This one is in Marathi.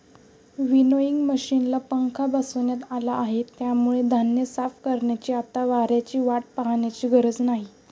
विनोइंग मशिनला पंखा बसवण्यात आला आहे, त्यामुळे धान्य साफ करण्यासाठी आता वाऱ्याची वाट पाहण्याची गरज नाही